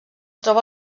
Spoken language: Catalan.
troba